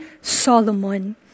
Solomon